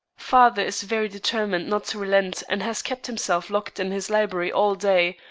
father is very determined not to relent and has kept himself locked in his library all day,